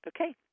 Okay